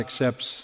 accepts